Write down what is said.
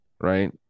right